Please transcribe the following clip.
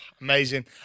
Amazing